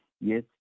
yes